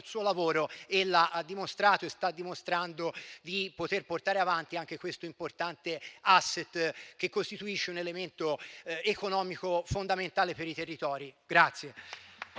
dimostrato e sta dimostrando di poter portare avanti anche questo importante *asset*, che costituisce un elemento economico fondamentale per i territori.